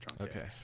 Okay